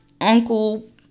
uncle